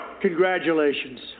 congratulations